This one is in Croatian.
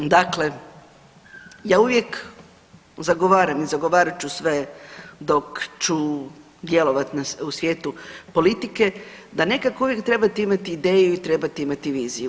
Dakle, ja uvijek zagovaram i zagovarat ću sve dok ću djelovati u svijetu politike, da nekako uvijek trebate imati ideju i trebate imati viziju.